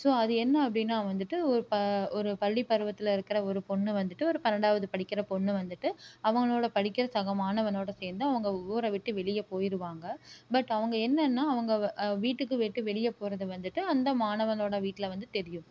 so அது என்ன அப்படின்னா வந்துவிட்டு ஒரு ஒரு பள்ளி பருவத்தில் இருக்கிற ஒரு பொண்ணு வந்துவிட்டு ஒரு பன்னெண்டாவது படிக்கிற பொண்ணு வந்துவிட்டு அவங்களோடய படிக்கிற சக மாணவனோடு சேர்ந்து அவங்க ஊரை விட்டு வெளியே போய்டுவாங்க பட் அவங்க என்னென்னா அவங்க வீட்டுக்கு விட்டு வெளியே போகிறது வந்துவிட்டு அந்த மாணவனோடய வீட்டில் வந்து தெரியும்